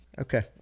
Okay